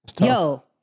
yo